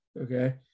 okay